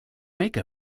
make